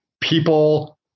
people